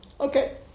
Okay